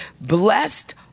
Blessed